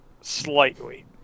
slightly